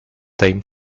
tame